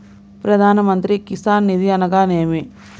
ప్రధాన మంత్రి కిసాన్ నిధి అనగా నేమి?